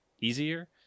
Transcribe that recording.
easier